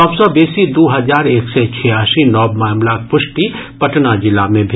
सभ सॅ बेसी दू हजार एक सय छियासी नव मामिलाक पुष्टि पटना जिला मे भेल